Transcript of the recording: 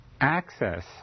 access